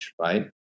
right